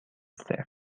safe